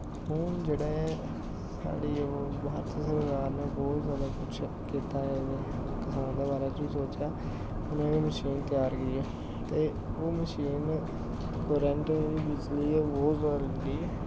हून जेह्ड़े साढ़ी भारत सरकार ने बौह्त जैदा कुछ कीता ऐ किसान दे बारै च बी सोचेआ उनें एह् पुछेआ मशीन तेआर की ऐ ते ओह् मशीन कोरंड बिजली गै बौह्त जैदा लैंदी ऐ